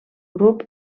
grup